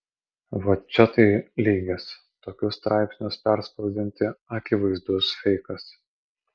vo čia tai lygis tokius straipsnius perspausdinti akivaizdus feikas